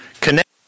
connect